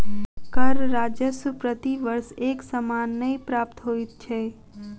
कर राजस्व प्रति वर्ष एक समान नै प्राप्त होइत छै